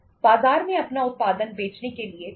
बाजार में अपना उत्पादन बेचने के लिए आपके पास 2 तरीके हैं